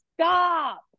stop